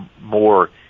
more